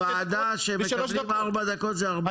בוועדה כשמקבלים ארבע דקות זה הרבה זמן.